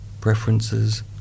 Preferences